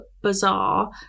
bizarre